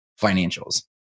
financials